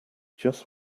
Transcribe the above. just